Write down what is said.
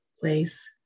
place